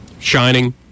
Shining